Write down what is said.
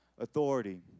authority